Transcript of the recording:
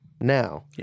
now